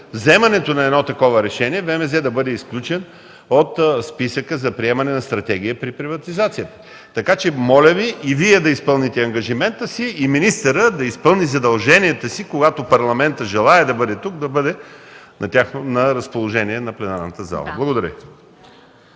вземането на едно такова решение – ВМЗ да бъде изключен от списъка за приемане на стратегия при приватизация. Така че, моля Ви, Вие да изпълните ангажимента си и министърът да изпълни задълженията си, когато парламентът желае да бъде на разположение на пленарната зала.